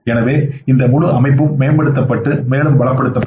எனவே இந்த முழு அமைப்பும் மேம்படுத்தப்பட்டு மேலும் பலப்படுத்தப்படும்